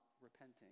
repenting